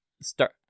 start